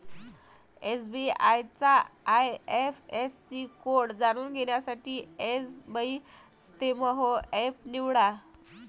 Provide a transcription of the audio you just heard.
SBI चा IFSC code जाणून घेण्यासाठी एसबइस्तेमहो एप निवडा